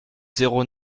zéro